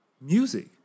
music